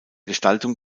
gestaltung